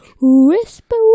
Whisper